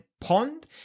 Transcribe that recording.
pond